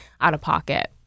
out-of-pocket